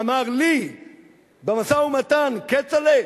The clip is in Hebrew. אמר לי במשא-ומתן: כצל'ה,